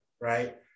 right